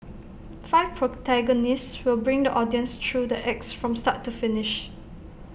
five protagonists will bring the audience through the acts from start to finish